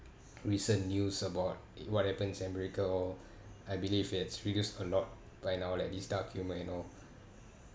recent news about it what happens america or I believe it's reduced a lot by now like this dark humour and all